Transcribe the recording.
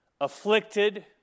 afflicted